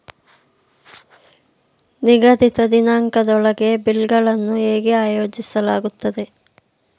ನಿಗದಿತ ದಿನಾಂಕದೊಳಗೆ ಬಿಲ್ ಗಳನ್ನು ಹೇಗೆ ಆಯೋಜಿಸಲಾಗುತ್ತದೆ?